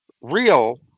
real